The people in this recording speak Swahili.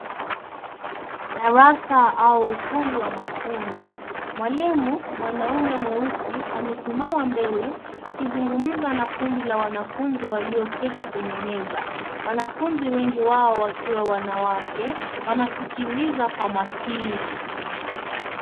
Darasa au ukumbi wa mafunzo, mwalimu mwanaume mweusi amesimama mbele akizungumza na kundi la wanafunzi walioketi kwenye meza. Wanafunzi wengi wao wakiwa wanawake wanasikiliza kwa makini.